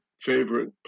favorite